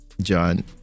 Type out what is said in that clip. john